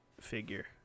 figure